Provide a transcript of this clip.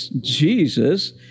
Jesus